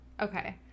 Okay